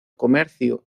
comercio